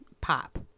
Pop